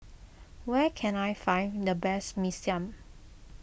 where can I find the best Mee Siam